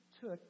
took